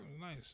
nice